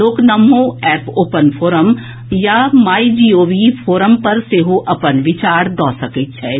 लोक NaMo app open forum या my G O V forum पर सेहो अपन विचार दऽ सकैत छथि